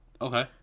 Okay